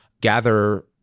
gather